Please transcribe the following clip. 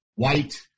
white